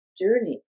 journey